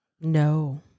no